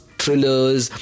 thrillers